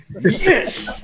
Yes